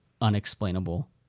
unexplainable